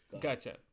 gotcha